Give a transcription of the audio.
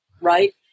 right